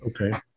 Okay